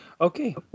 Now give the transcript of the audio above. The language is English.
Okay